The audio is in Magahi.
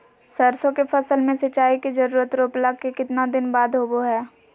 सरसों के फसल में सिंचाई के जरूरत रोपला के कितना दिन बाद होबो हय?